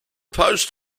post